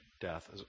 death